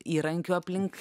įrankių aplink